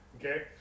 Okay